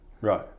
Right